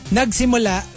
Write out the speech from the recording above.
nagsimula